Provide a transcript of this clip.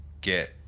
get